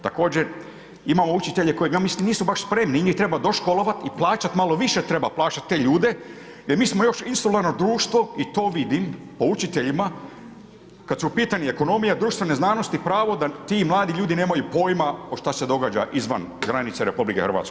Također imamo učitelje koje mislim nisu baš spremni i njih treba doškolovati i plaćati malo više treba plaćati te ljude jer mi smo još insolarno društvo i to vidim po učiteljima kada su u pitanju ekonomija, društvene znanosti, pravo da ti mladi ljudi nemaju pojma što se događa izvan granica Republike Hrvatske.